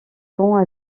pont